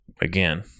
again